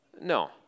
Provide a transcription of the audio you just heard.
No